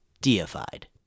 deified